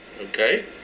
Okay